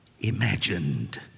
imagined